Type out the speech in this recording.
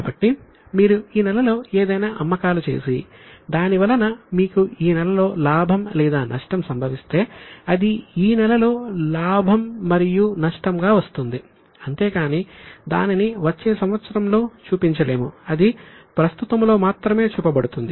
కాబట్టి మీరు ఈ నెలలో ఏదైనా అమ్మకాలు చేసి దానివలన మీకు ఈ నెలలో లాభం లేదా నష్టం సంభవిస్తే అది ఈ నెలలో లాభం మరియు నష్టంగా వస్తుంది అంతేకానీ దానిని వచ్చే సంవత్సరంలో చూపించలేము అది ప్రస్తుతములో మాత్రమే చూపబడుతుంది